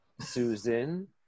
Susan